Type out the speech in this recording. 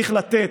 צריך לתת,